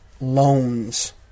loans